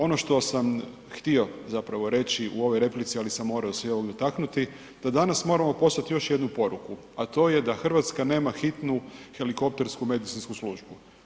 Ono što sam htio zapravo reći u ovoj replici, ali sam se morao ovog dotaknuti, da danas moramo poslati još jednu poruku, a to je da Hrvatska nema hitnu helikoptersku medicinsku službu.